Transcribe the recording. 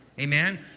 Amen